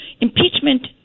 impeachment